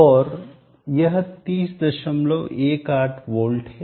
और यह 3018 वोल्ट है